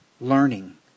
learning